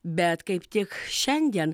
bet kaip tik šiandien